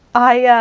i